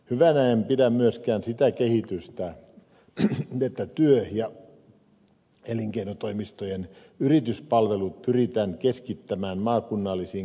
hyvänä en pidä myöskään sitä kehitystä että työ ja elinkeinotoimistojen yrityspalvelut pyritään keskittämään maakunnallisiin keskuksiin